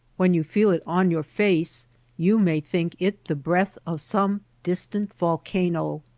when you feel it on your face you may think it the breath of some distant volcano.